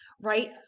right